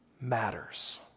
matters